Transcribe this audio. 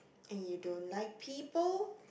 and you don't like people